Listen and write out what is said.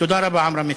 תודה רבה, עמרם מצנע.